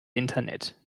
internet